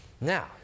Now